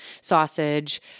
sausage